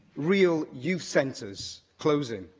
real youth centres closing,